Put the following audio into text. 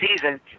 season